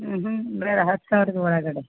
ಊಹುಂ ಬೇಡ ಹತ್ತು ಸಾವಿರದ್ ಒಳಗಡೆ